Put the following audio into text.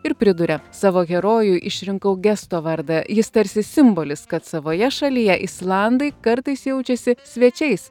ir priduria savo herojui išrinkau gesto vardą jis tarsi simbolis kad savoje šalyje islandai kartais jaučiasi svečiais